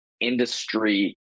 industry